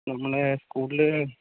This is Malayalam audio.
നമ്മളെ സ്കൂളിൽ